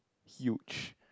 huge